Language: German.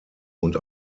und